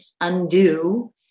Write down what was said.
undo